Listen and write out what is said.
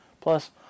Plus